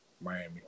Miami